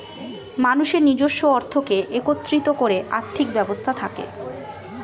মানুষের নিজস্ব অর্থকে একত্রিত করে আর্থিক ব্যবস্থা থাকে